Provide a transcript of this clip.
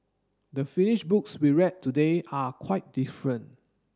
the finish books we read today are quite different